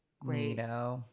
great